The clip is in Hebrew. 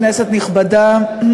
כנסת נכבדה,